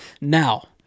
Now-